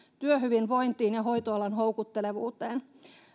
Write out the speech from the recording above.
työhyvinvointiin ja hoitoalan houkuttelevuuteen